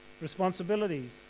responsibilities